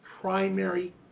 primary